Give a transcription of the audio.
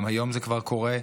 גם היום זה כבר קורה,